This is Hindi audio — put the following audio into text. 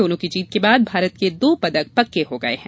दोनों की जीत के बाद भारत के दो पदक पक्के हो गये है